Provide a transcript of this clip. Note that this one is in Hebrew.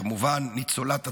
וכמובן ניצולת הטבח,